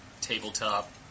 tabletop